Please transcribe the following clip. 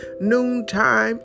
noontime